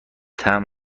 طعم